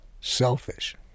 selfish